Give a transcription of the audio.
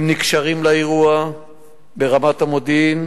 הם נקשרים לאירוע ברמת המודיעין.